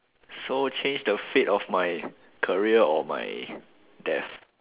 so change the fate of my career or my death